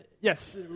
yes